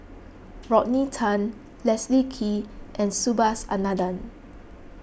Rodney Tan Leslie Kee and Subhas Anandan